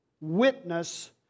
witness